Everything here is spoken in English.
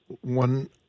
One